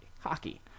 hockey